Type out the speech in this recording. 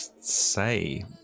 say